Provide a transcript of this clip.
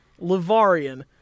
Lavarian